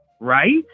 Right